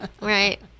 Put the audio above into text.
Right